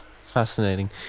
Fascinating